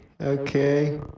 okay